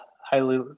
highly